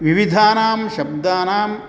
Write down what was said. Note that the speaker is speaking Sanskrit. विविधानां शब्दानां